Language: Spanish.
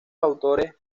autores